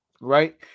right